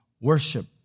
worship